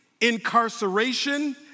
incarceration